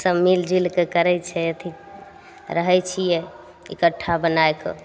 सब मिलि जुलिके करय छै अथी रहय छियै इकठ्ठा बना कऽ